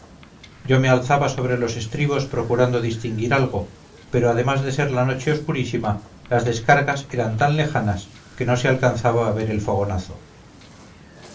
yo me alzaba sobre los estribos procurando distinguir algo pero además de ser la noche oscurísima las descargas eran tan lejanas que no se alcanzaba a ver el fogonazo